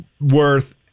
worth